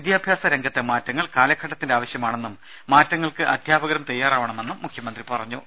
വിദ്യാഭ്യാസ രംഗത്തെ മാറ്റങ്ങൾ കാലഘട്ടത്തിന്റെ ആവശ്യമാണെന്നും മാറ്റങ്ങൾക്ക് അധ്യാപകരും തയ്യാറാവണമെന്നും മുഖ്യമന്ത്രി പറഞ്ഞു